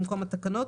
במקום: התקנות,